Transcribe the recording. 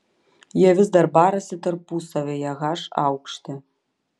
jie vis dar barasi tarpusavyje h aukšte